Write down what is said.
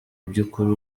byukuri